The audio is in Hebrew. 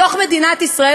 בתוך מדינת ישראל,